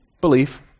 Belief